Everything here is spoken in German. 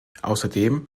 außerdem